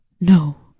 No